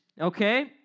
okay